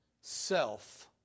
self